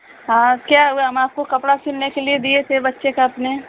हाँ क्या हुआ हम आपको कपड़ा सिलने को दिए थे बच्चे का अपने